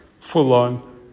Full-on